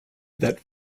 that